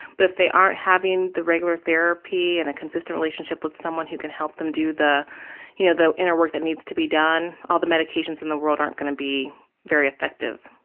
but if they aren't having the regular therapy and a consistent relationship with someone who can help them do the you know the inner work that needs to be done, all the medications in the world aren't going to be very effective.